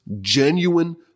genuine